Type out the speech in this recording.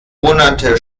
monate